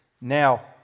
Now